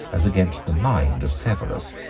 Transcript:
as against the mind of severus.